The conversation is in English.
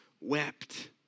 wept